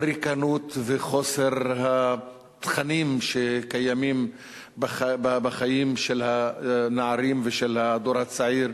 הריקנות וחוסר התכנים שקיימים בחיים של הנערים ושל הדור הצעיר,